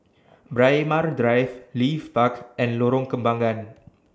Braemar Drive Leith Park and Lorong Kembagan